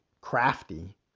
crafty